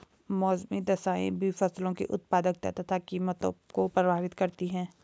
मौसमी दशाएं भी फसलों की उत्पादकता तथा कीमतों को प्रभावित करती है